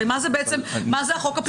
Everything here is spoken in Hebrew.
הרי מה זה בעצם החוק הפלילי?